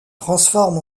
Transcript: transforme